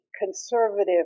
conservative